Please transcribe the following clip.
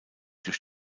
durch